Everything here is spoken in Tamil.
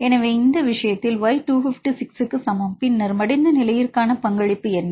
எனவே இந்த விஷயத்தில் y 256 க்கு சமம் பின்னர் மடிந்த நிலையிற்கான பங்களிப்பு என்ன